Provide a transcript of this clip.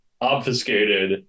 obfuscated